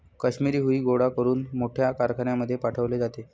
काश्मिरी हुई गोळा करून मोठ्या कारखान्यांमध्ये पाठवले जाते